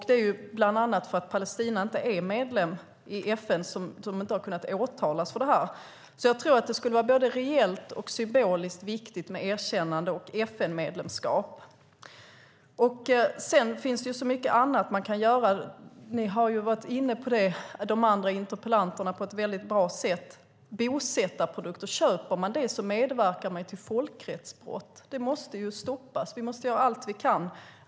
Det är bland annat för att Palestina inte är medlem i FN som de inte har kunnat åtalas för det här. Jag tror därför att det skulle vara både reellt och symboliskt viktigt med ett erkännande och ett FN-medlemskap. Det finns också så mycket annat man kan göra. De andra interpellanterna har varit inne på det på ett väldigt bra sätt. Köper man bosättarprodukter medverkar man till folkrättsbrott. Det måste stoppas. Vi måste göra allt vi kan.